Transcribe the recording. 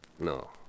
No